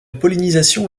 pollinisation